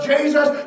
Jesus